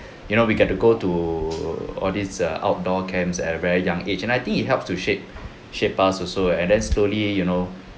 you know we get to go to all these err outdoor camps at a very young age and I think it helps to shape shape us also and then slowly you know